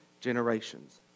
generations